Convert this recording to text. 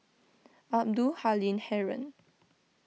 Abdul Halim Haron